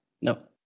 No